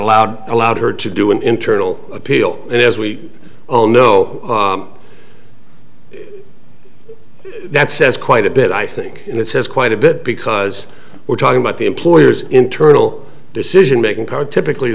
allowed allowed her to do an internal appeal and as we all know that says quite a bit i think it says quite a bit because we're talking about the employer's internal decision making power typically